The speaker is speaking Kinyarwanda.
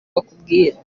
bakubwira